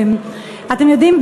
אתם יודעים,